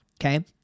okay